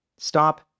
Stop